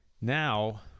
now